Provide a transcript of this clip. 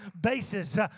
basis